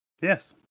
Yes